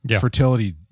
fertility